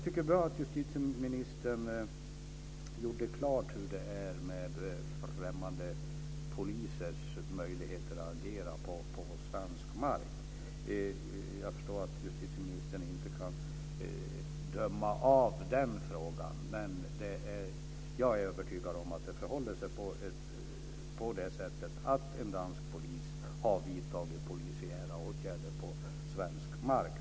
Det är bra att justitieministern gjorde klart hur det är med främmande polisers möjligheter att agera på svensk mark. Jag förstår att justitieministern inte kan döma av den frågan, men jag är övertygad om att det förhåller sig på det sättet att en dansk polis har vidtagit polisiära åtgärder på svensk mark.